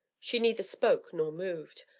she neither spoke nor moved,